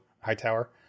Hightower